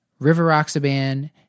rivaroxaban